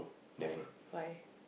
why why